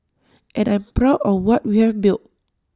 and I'm proud of what we've built